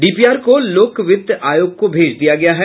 DPR को लोक वित्त आयोग को भेज दिया गया है